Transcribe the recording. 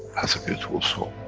has a beautiful soul,